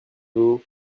vous